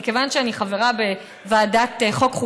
מכיוון שאני חברה בוועדת החוקה,